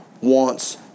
wants